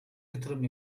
yatırım